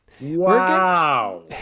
Wow